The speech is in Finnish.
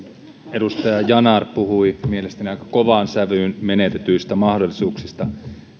edustaja yanar puhui mielestäni aika kovaan sävyyn menetetyistä mahdollisuuksista